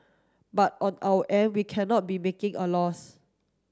but on our end we cannot be making a loss